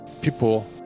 people